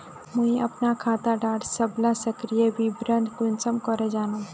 मुई अपना खाता डार सबला सक्रिय विवरण कुंसम करे जानुम?